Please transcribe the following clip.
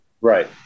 Right